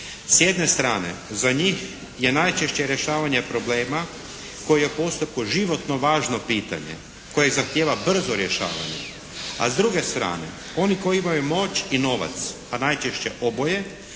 S jedne strane za njih je najčešće rješavanje problema koji je postao životno važno pitanje, koje zahtjeva brzo rješavanje. A s druge strane oni koji imaju moć i novac, a najčešće oboje